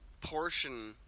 portion